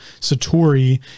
Satori